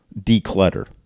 declutter